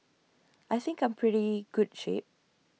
I think I'm pretty good shape